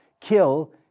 kill